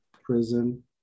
prison